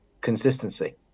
consistency